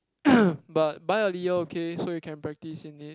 but buy earlier okay so you can practice in it